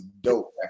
dope